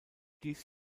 dies